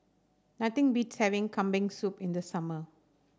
nothing beats having Kambing Soup in the summer